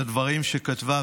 אלה דברים שכתבה,